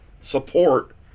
support